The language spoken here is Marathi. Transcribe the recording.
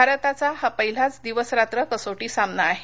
भारताचा हा पहिलाच दिवस रात्र कसोटी सामना आहे